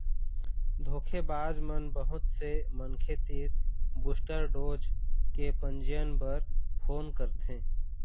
धोखेबाज मन बहुत से मनखे तीर बूस्टर डोज के पंजीयन बर फोन करथे